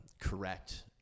correct